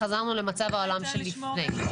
חזרנו למצב העולם שלפני.